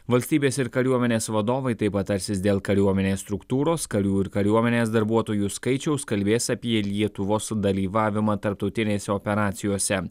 valstybės ir kariuomenės vadovai taip pat tarsis dėl kariuomenės struktūros karių ir kariuomenės darbuotojų skaičiaus kalbės apie lietuvos sudalyvavimą tarptautinėse operacijose